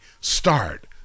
start